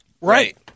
Right